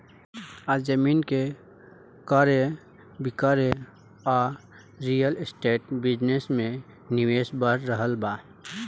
आज जमीन के क्रय विक्रय आ रियल एस्टेट बिजनेस में निवेश बढ़ रहल बा